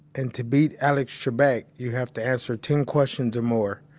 and to beat alex trebek you have to answer ten questions or more.